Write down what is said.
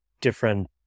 different